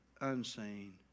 unseen